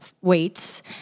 weights